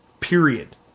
period